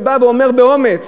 ובא ואומר באומץ: